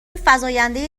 فزایندهای